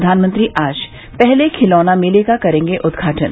प्रधानमंत्री आज पहले खिलौना मेले का करेंगे उद्घाटन